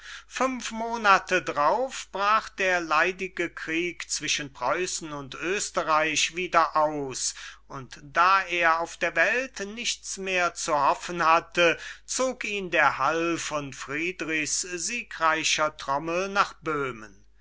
fünf monathe drauf brach der leidige krieg zwischen preußen und oestreich wieder aus und da er auf der welt nichts mehr zu hoffen hatte zog ihn der hall von friderichs siegreicher trommel nach böhmen